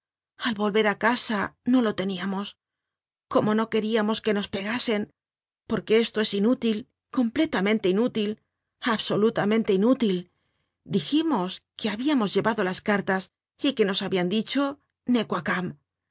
al volver á casa no lo teníamos como no queríamos que nos pegasen porque esto es inútil completamente inútil absolutamente inútil dijimos que habíamos llevado las cartas y que nos habian dicho